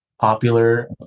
popular